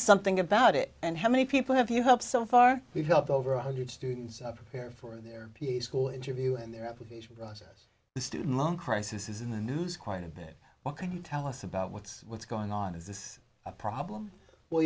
something about it and how many people have you helped so far we've helped over one hundred students prepare for their peace corps interview and their application process the student loan crisis is in the news quite a bit what can you tell us about what's what's going on is this a problem well